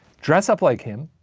dress up like him,